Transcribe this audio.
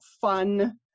fun